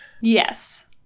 Yes